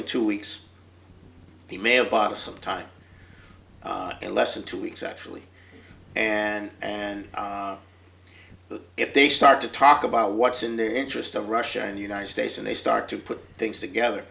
in two weeks he may have bought some time in less than two weeks actually and and if they start to talk about what's in their interest of russia and united states and they start to put things together